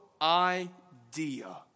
idea